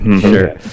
Sure